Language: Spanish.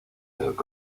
del